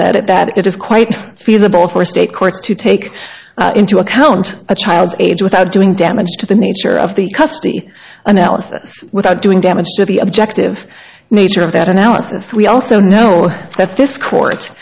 said that it is quite feasible for state courts to take into account a child's age without doing damage to the nature of the custody analysis without doing damage to the objective nature of that analysis we also know that this court